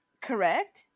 Correct